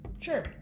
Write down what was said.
Sure